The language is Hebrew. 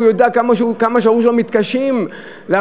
הוא יודע כמה שההורים שלו מתקשים בעבודה?